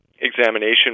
examination